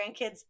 grandkids